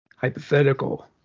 Hypothetical